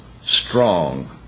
strong